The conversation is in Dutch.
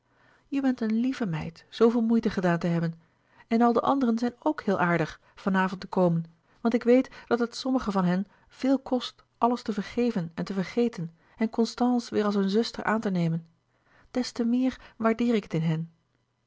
je bent een lieve meid zooveel moeite gedaan te hebben en al de anderen zijn ook heel aardig van avond te komen want ik weet dat het sommigen van louis couperus de boeken der kleine zielen hen veel kost alles te vergeven en te vergeten en constance weêr als hun zuster aan te nemen des te meer waardeer ik het in hen